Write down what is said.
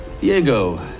Diego